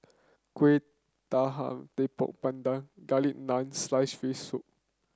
Kuih Talam Tepong Pandan Garlic Naan sliced fish soup